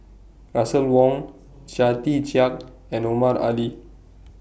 Russel Wong Chia Tee Chiak and Omar Ali